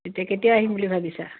এতিয়া কেতিয়া আহিম বুলি ভাবিছা